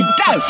go